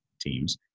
teams